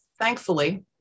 Thankfully